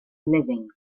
living